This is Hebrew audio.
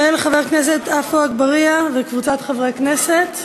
של חבר הכנסת אגבאריה וקבוצת חברי הכנסת.